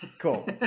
Cool